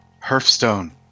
hearthstone